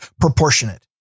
proportionate